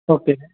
okay